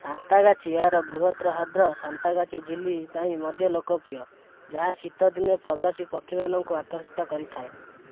ସାନ୍ତ୍ରାଗାଛି ଏହାର ବୃହତ୍ ହ୍ରଦ ସାନ୍ତ୍ରାଗାଛି ଝିଲି ପାଇଁ ମଧ୍ୟ ଲୋକପ୍ରିୟ ଯାହା ଶୀତଦିନେ ପ୍ରବାସୀ ପକ୍ଷୀମାନଙ୍କୁ ଆକର୍ଷିତ କରିଥାଏ